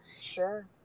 Sure